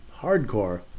hardcore